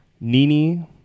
Nini